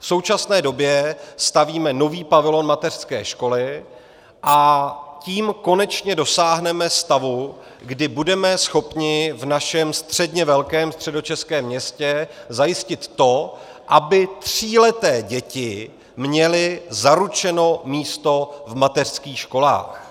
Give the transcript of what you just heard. V současné době stavíme nový pavilon mateřské školy a tím konečně dosáhneme stavu, kdy budeme schopni v našem středně velkém středočeském městě zajistit to, aby tříleté děti měly zaručeno místo v mateřských školách.